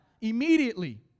immediately